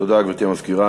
תודה, גברתי המזכירה.